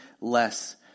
less